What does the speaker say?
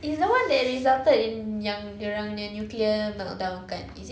it's the one that resulted in yang dia orangnya nuclear meltdown kan is it